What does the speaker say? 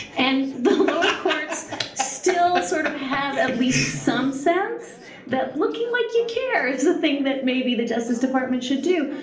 and the lower courts still sort of have at least some sense that looking like you care is the thing that maybe the justice department should do.